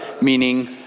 meaning